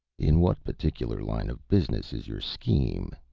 in what particular line of business is your scheme?